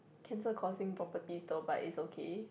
cancer causing property though but is okay